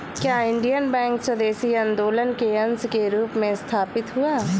क्या Indian bank स्वदेशी आंदोलन के अंश के रूप में स्थापित हुआ?